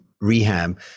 rehab